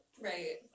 Right